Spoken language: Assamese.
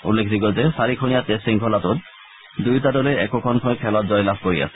উল্লেখযোগ্য যে চাৰিখনীয়া টেষ্ট শৃংখলাটোত দুয়োটা দলেই একোখনকৈ খেলত জয়লাভ কৰি আছে